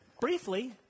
briefly